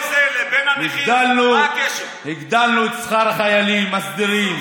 גם חיילים וגם נכים אנחנו עשינו.